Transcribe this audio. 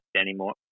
anymore